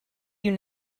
you